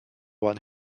one